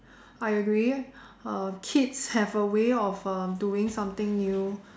I agree uh kids have a way of uh doing something new